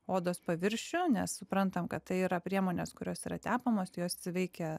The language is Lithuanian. odos paviršių nes suprantam kad tai yra priemonės kurios yra tepamos jos suveikia